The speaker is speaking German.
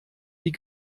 die